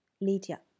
Lydia